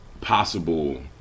possible